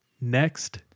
Next